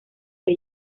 que